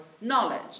knowledge